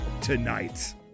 tonight